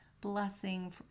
blessing